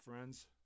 friends